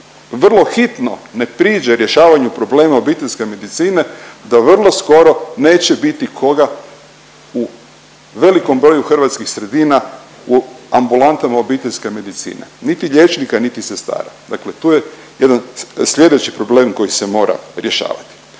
vrlo hitno ne priđe rješavanju problema obiteljske medicine, da vrlo skoro neće biti koga u velikom broju hrvatskih sredina u ambulantama obiteljske medicine, niti liječnika niti sestara. Dakle tu je jedan, sljedeći problem koji se mora rješavati.